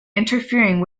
interfering